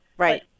Right